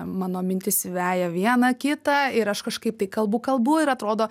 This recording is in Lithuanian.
mano mintis veja vieną kitą ir aš kažkaip tai kalbu kalbu ir atrodo